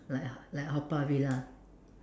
like like Haw-Par villa